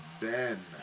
Ben